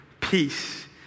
peace